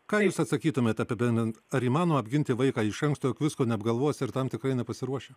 ką jūs atsakytumėt apibendrinant ar įmanoma apginti vaiką iš anksto juk visko neapgalvosi ir tam tikrai nepasiruoši